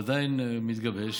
זה עדיין מתגבש.